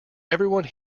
everyone